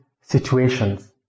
situations